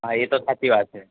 હા એ તો સાચી વાત છે